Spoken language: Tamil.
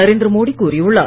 நரேந்திர மோடி கூறியுள்ளார்